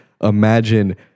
Imagine